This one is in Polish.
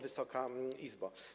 Wysoka Izbo!